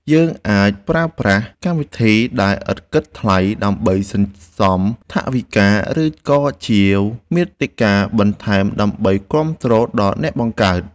យើងអាចប្រើប្រាស់កម្មវិធីដែលឥតគិតថ្លៃដើម្បីសន្សំថវិកា ឬ ក៏ជាវមាតិកាបន្ថែមដើម្បីគាំទ្រដល់អ្នកបង្កើត។